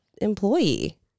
employee